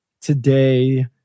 today